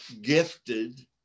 gifted